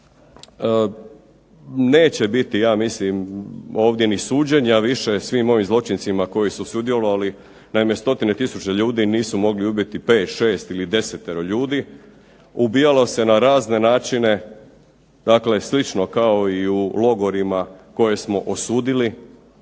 ja mislim ovdje ni suđenja više svim ovim zločincima koji su sudjelovali. Naime, stotine tisuća ljudi nisu mogli ubiti 5, 6 ili desetero ljudi. Ubijalo se na razne načine, dakle slično kao i u logorima koje smo osudili,